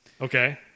Okay